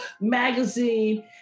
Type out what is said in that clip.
magazine